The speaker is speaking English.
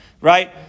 right